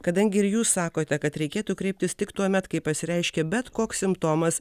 kadangi ir jūs sakote kad reikėtų kreiptis tik tuomet kai pasireiškė bet koks simptomas